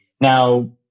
Now